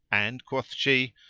and quoth she,